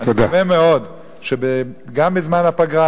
אני מקווה מאוד שגם בזמן הפגרה,